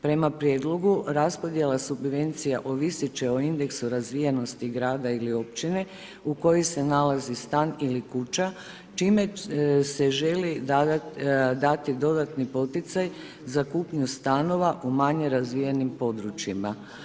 Prema prijedlogu raspodjela subvencija ovisit će o indeksu razvijenosti grada ili općine u kojoj se nalazi stan ili kuća čime se želi dati dodatni poticaj za kupnju stanova u manje razvijenim područjima.